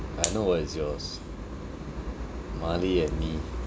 I know what is yours marley and me